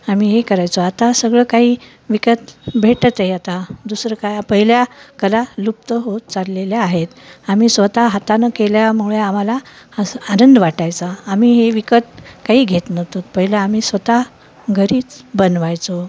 आम्ही हे करायचो आता सगळं काही विकत भेटत आहे आता दुसरं काय पहिल्या कला लुप्त होत चाललेल्या आहेत आम्ही स्वतः हातानं केल्यामुळे आम्हाला हाच आनंद वाटायचा आम्ही हे विकत काही घेत नव्हतो पहिले आम्ही स्वतः घरीच बनवायचो